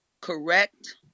Correct